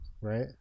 right